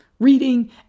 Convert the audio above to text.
Reading